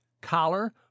Collar